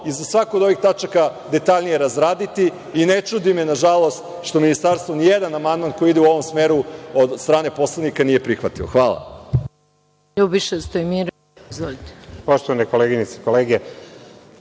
iza svake od ovih tačaka detaljnije razraditi i ne čudi me, nažalost, što Ministarstvo nijedan amandman koji ide u ovom smeru od strane poslanika nije prihvatio. Hvala